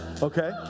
okay